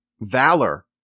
valor